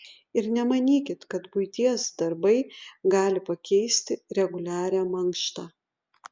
ir nemanykit kad buities darbai gali pakeisti reguliarią mankštą